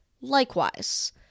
Likewise